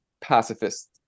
pacifist